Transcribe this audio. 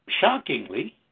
shockingly